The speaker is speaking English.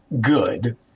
good